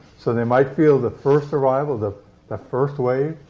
so they might feel the first arrival the the first wave